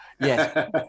Yes